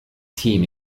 team